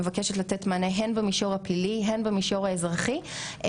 ואופי המציאות שאנחנו חוות היום,